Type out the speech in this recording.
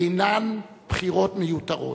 אינן בחירות מיותרות.